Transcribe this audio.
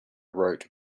wrote